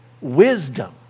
Wisdom